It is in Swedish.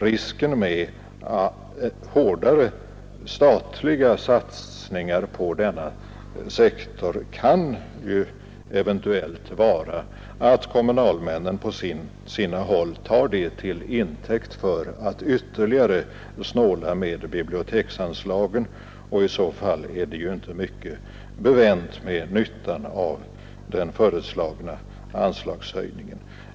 Risken med hårdare statliga satsningar på denna sektor kan ju eventuellt vara att kommunalmännen på sina håll tar det till intäkt för att ytterligare snåla med biblioteksanslagen. I så fall är det inte mycket bevänt med nyttan av den föreslagna anslagshöjningen.